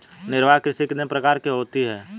निर्वाह कृषि कितने प्रकार की होती हैं?